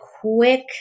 quick